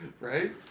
Right